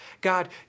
God